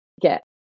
get